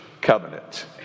covenant